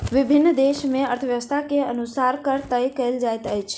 विभिन्न देस मे अर्थव्यवस्था के अनुसार कर तय कयल जाइत अछि